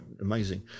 amazing